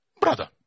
brother